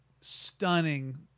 stunning